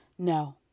No